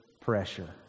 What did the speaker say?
pressure